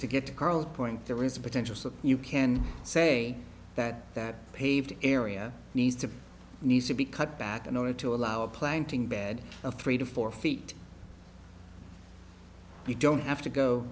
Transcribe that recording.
to get to carl point there is a potential so you can say that that paved area needs to needs to be cut back in order to allow a planting bed of three to four feet you don't have to go